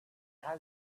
how